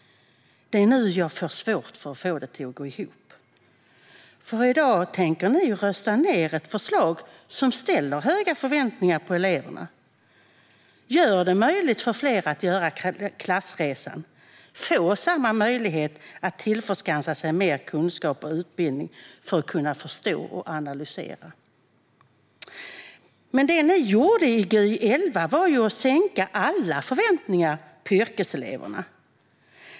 Det är nu jag får svårt att få det att gå ihop, för i dag tänker ni ju rösta ned ett förslag som innebär höga förväntningar på eleverna och som gör det möjligt för fler att göra klassresan och få samma möjlighet att tillskansa sig mer kunskap och utbildning för att kunna förstå och analysera. Men det ni gjorde i Gy 2011 var ju att sänka alla förväntningar på yrkeseleverna.